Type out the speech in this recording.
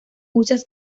muchas